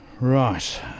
Right